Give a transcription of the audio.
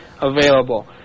available